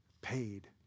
paid